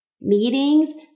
Meetings